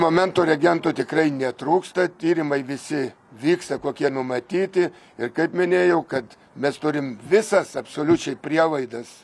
momentu reagentų tikrai netrūksta tyrimai visi vyksta kokie numatyti ir kaip minėjau kad mes turim visas absoliučiai prielaidas